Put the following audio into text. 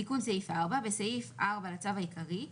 תיקון סעיף 4. בסעיף 4 לצו העיקרי,